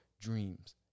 dreams